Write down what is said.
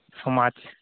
ᱥᱚᱢᱟᱡᱽ